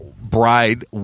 bride